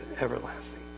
everlasting